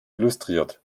illustriert